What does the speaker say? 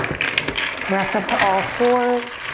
press up to all fours.